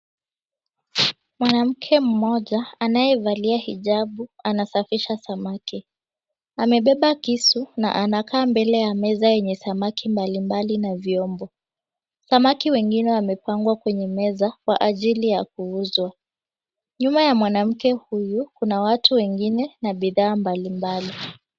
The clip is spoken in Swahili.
Mwanamke mmoja anayevalia hijabu anasafisha samaki amebeba kisu na anakaa mbele ya meza yenye samaki mbalimbali ya vyombo. Samaki wengine wamepangwa kwenye meza kwa ajili ya kuuzwa. Nyuma ya mwanamke huyu kuna watu wengine na bidhaa mbalimbali.